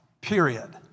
period